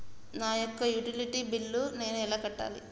నా యొక్క utility bill నేను ఎలా కట్టాలి?